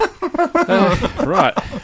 Right